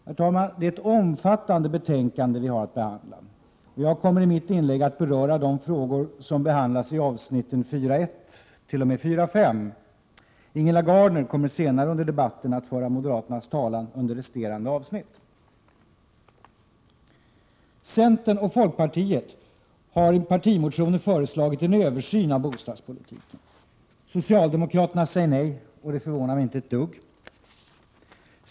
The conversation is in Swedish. Herr talman! Det är ett omfattande betänkande vi har att behandla. Jag kommer i mitt inlägg att beröra de frågor som behandlas i avsnitten 4.1—4.5 och Ingela Gardner kommer senare under debatten att föra moderaternas talan beträffande resterande avsnitt. Centern och folkpartiet har i partimotioner föreslagit en översyn av bostadspolitiken. Socialdemokraterna säger nej, och det förvånar mig inte ett dugg.